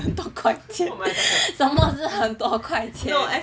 很多块钱什么是很多块钱